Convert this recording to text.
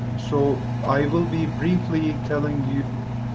so i will be briefly telling you